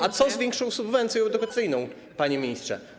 A co z większą subwencją edukacyjną, panie ministrze?